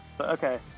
Okay